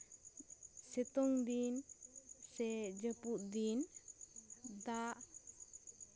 ᱥᱤᱛᱚᱝ ᱫᱤᱱ ᱥᱮ ᱡᱟᱹᱯᱩᱫ ᱫᱤᱱ ᱫᱟᱜ